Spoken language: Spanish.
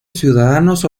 ciudadanos